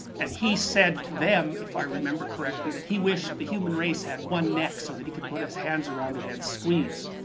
and he said to them, if i remember correctly, that he wished the human race had one neck so he could put his hands around it and squeeze.